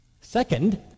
Second